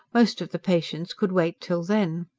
most of the patients could wait till then.